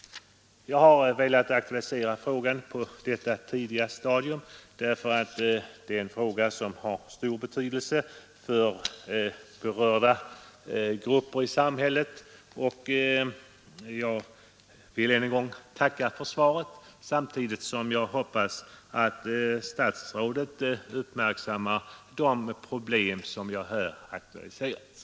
Jag har velat aktualisera frågan på detta tidiga stadium därför att den har stor betydelse för berörda grupper i samhället. Jag vill ännu en gång tacka för svaret och hoppas att statsrådet uppmärksammar de problem som jag här har berört.